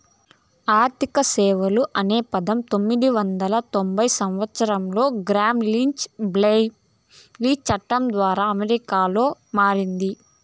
ఆర్థిక సేవలు అనే పదం పంతొమ్మిది వందల తొంభై సంవచ్చరంలో గ్రామ్ లీచ్ బ్లెయిలీ చట్టం ద్వారా అమెరికాలో మారింది